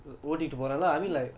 மரஞ்சுருச்சா:maranjurucha